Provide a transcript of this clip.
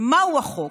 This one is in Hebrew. ומהו החוק?